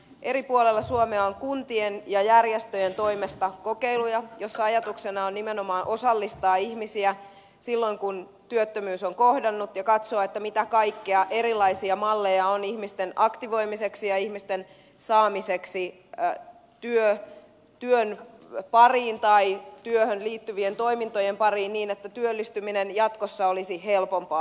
eri puolilla suomea on kuntien ja järjestöjen toimesta kokeiluja joissa ajatuksena on nimenomaan osallistaa ihmisiä silloin kun työttömyys on kohdannut ja katsoa mitä kaikkia erilaisia malleja on ihmisten aktivoimiseksi ja ihmisten saamiseksi työn pariin tai työhön liittyvien toimintojen pariin niin että työllistyminen jatkossa olisi helpompaa